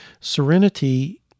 Serenity